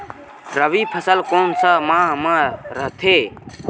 रबी फसल कोन सा माह म रथे?